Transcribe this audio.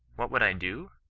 what would i do?